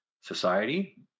society